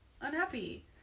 unhappy